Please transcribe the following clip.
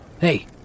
Hey